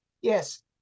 Yes